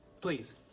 Please